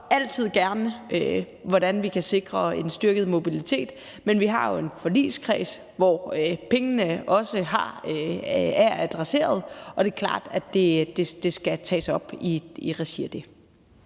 altid gerne, hvordan vi kan sikre en styrket mobilitet, men vi har jo en forligskreds, hvor pengene også er adresseret, og det er klart, at det skal tages op i regi